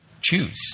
choose